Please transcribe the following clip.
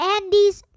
Andy's